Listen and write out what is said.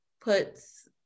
puts